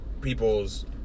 people's